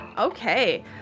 Okay